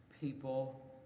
people